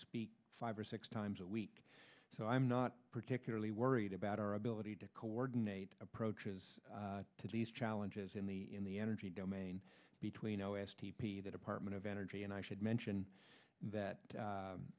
speak five or six times a week so i'm not particularly worried about our ability to coordinate approaches to these challenges in the in the energy domain between o s t p the department of energy and i should mention that